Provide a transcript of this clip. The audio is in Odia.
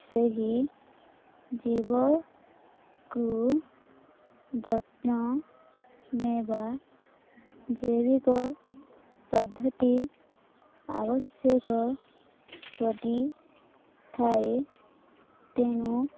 ସେହି ଜୀବକୁ ଯତ୍ନ ନେବା ଜୈବିକ ପଦ୍ଧତି ଆବଶ୍ୟକ ପଡ଼ିଥାଏ ତେଣୁ